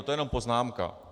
To je jenom poznámka.